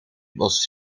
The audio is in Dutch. was